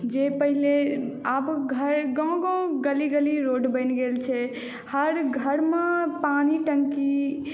जे पहिने आब घर गाम गाम गली गली रोड बनि गेल छै हर घरमे पानी टंकी